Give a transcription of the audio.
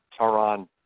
Taran